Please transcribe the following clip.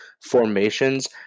formations